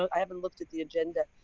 i haven't looked at the agenda.